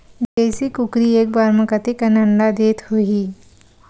देशी कुकरी एक बार म कतेकन अंडा देत होही?